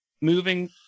moving